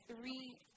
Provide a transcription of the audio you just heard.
three